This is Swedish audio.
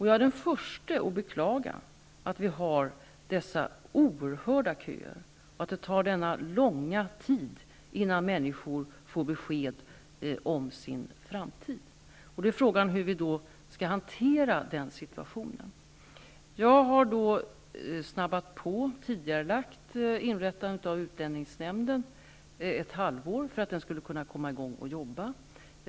Jag är den förste att beklaga att vi har dessa oerhört långa köer och att det tar så lång tid innan människor får besked om sin framtid. Frågan är då hur vi skall hantera denna situation. Jag har påskyndat och tidigarelagt inrättandet av utlänningsnämnden ett halvår för att den skulle kunna komma i gång med sitt arbete.